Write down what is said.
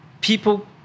people